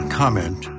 comment